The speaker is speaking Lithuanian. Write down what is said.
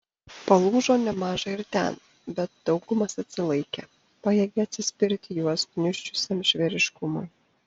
palūžo nemaža ir ten bet daugumas atsilaikė pajėgė atsispirti juos gniuždžiusiam žvėriškumui